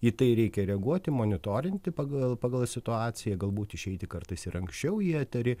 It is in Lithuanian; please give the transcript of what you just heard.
į tai reikia reaguoti monitorinti pagal pagal situaciją galbūt išeiti kartais ir anksčiau į eterį